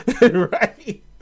Right